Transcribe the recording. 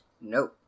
No